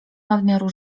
nadmiaru